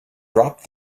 dropped